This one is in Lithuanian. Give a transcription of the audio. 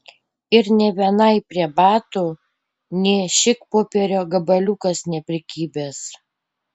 ir nė vienai prie batų nė šikpopierio gabaliukas neprikibęs